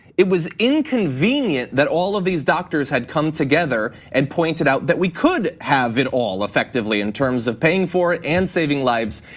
it was inconvenient that all of these doctors had come together and pointed out that we could have it all effectively in terms of paying for it and saving lives.